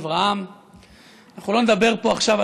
אני יכול להעיר לך.